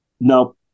no